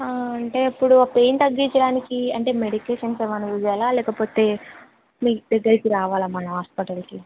అంటే ఇప్పుడు ఆ పెయిన్ తగ్గిచ్చడానికి అంటే మెడికేషన్స్ ఏమైనా యూజ్ చేయాలా లేకపోతే మీదెగ్గరికీ రావాలా మరి హాస్పిటల్కి